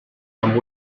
amb